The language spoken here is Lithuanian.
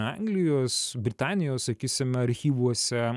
anglijos britanijos sakysim archyvuose